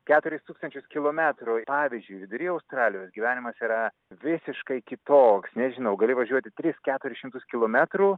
keturis tūkstančius kilometrų pavyzdžiui vidury australijos gyvenimas yra visiškai kitoks nežinau gali važiuoti tris keturis šimtus kilometrų